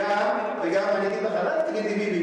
אל תגיד לי ביבי.